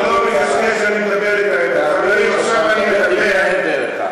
אני לא מקשקש, אני אומר את האמת.